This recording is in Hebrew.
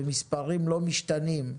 במספרים לא משתנים,